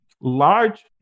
large